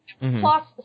Plus